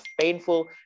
painful